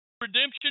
Redemption